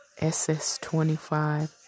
SS-25